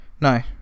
No